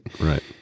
Right